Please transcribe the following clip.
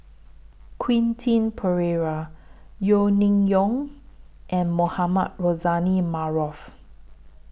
Quentin Pereira Yeo Ning Yong and Mohamed Rozani Maarof